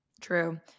True